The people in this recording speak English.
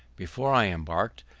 before i embarked,